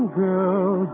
girl